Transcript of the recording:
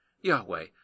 Yahweh